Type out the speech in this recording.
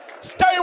Stay